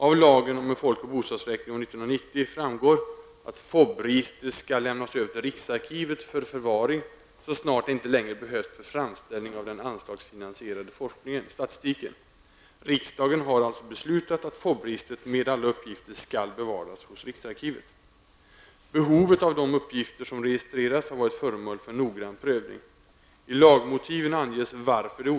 Av lagen om en folk och bostadsräkning år 1990 framgår att FoB-registret skall lämnas över till riksarkivet för förvaring så snart det inte längre behövs för framställning av den anslagsfinansierade statistiken. Riksdagen har alltså beslutat att FoB registret med alla uppgifter skall bevaras hos riksarkivet. Behovet av de uppgifter som registreras har varit föremål för en noggrann prövning.